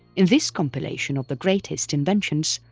in this compilation of the greatest inventions,